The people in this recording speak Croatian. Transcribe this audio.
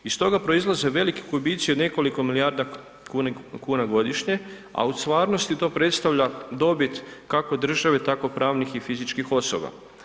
Iz toga proizlaze veliki gubici od nekoliko milijarda kuna godišnje, a od stvarnosti to predstavlja dobit, kako države, tako pravnih i fizičkih osoba.